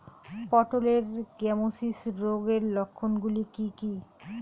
পটলের গ্যামোসিস রোগের লক্ষণগুলি কী কী?